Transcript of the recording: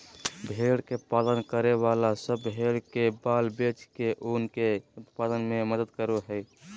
भेड़ के पालन करे वाला सब भेड़ के बाल बेच के ऊन के उत्पादन में मदद करो हई